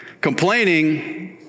Complaining